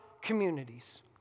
communities